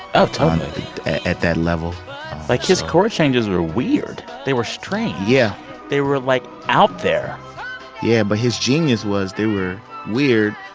ah and at that level like, his chord changes were weird. they were strange yeah they were, like, out there yeah. but his genius was, they were weird,